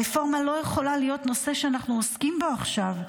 הרפורמה לא יכולה להיות נושא שאנחנו עוסקים בו עכשיו.